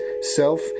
self